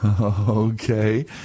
Okay